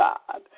God